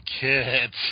kids